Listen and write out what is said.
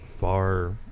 far